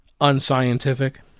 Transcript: unscientific